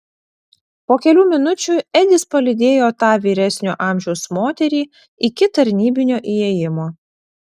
po kelių minučių edis palydėjo tą vyresnio amžiaus moterį iki tarnybinio įėjimo